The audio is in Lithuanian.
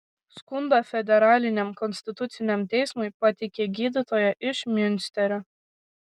skundą federaliniam konstituciniam teismui pateikė gydytoja iš miunsterio